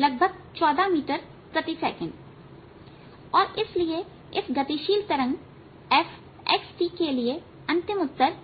लगभग 14 मीटर प्रति सेकंड और इसलिए इस गतिशील तरंग fxt के लिए अंतिम उत्तर